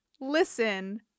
listen